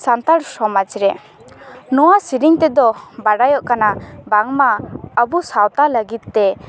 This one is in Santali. ᱥᱟᱱᱛᱟᱲ ᱥᱚᱢᱟᱡᱽ ᱨᱮ ᱱᱚᱣᱟ ᱥᱤᱨᱤ ᱛᱮᱫᱚ ᱵᱟᱲᱟᱭᱚᱜ ᱠᱟᱱᱟ ᱵᱟᱝᱢᱟ ᱟᱵᱚ ᱥᱟᱶᱛᱟ ᱞᱟᱹᱜᱤᱫ ᱛᱮ